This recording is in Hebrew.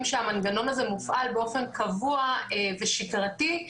שהמנגנון הזה מופעל באופן קבוע ושגרתי,